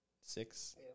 Six